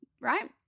right